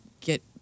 get